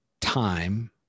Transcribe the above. time